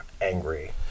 angry